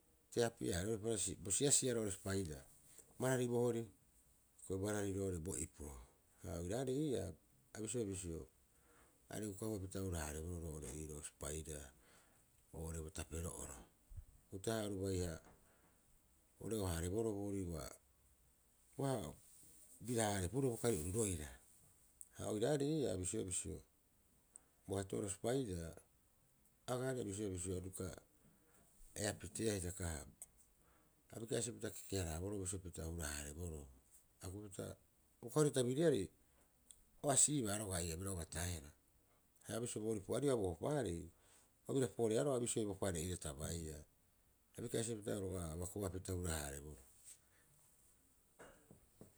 Bo si'asi'a roo'ore spaidaa barari bo hori koi barari bo ipu. Ha oiraarei ii'aa a bisioea bisio, are ukahua pita hurahaareboroo roo'ore iiroo spaidaa oo'ore bo tapero'oro uta'aha oru baiha ore'oohaarebo roo boorii ua- ua bi'ahaarepuroo bokari oru roira, ha oiraarei a bisioea bisio, boato'oro spaidaa agaarei bisio- bisio pita eapitea hitaka. A biki'asipita keke- haraboroo bisio pita hura- haareboroo a kukupita uka hori tabiriarei o asi'ibaa roga'a ii'aa bira obataehara. Haia bisio boorii pu'aribaa bo ohopaarei o bira poreea bisioi bopare ori iiraa ta baia, a biki'asipita roga'a abakuapita hura- haareboroo.